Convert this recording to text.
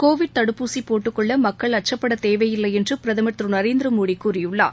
Covid தடுப்பூசி போட்டுக்கொள்ள மக்கள் அக்கப்படத்தேவையில்லை என்று பிரதமர் திரு நரேந்திரமோடி கூறியுள்ளார்